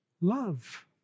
love